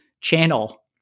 channel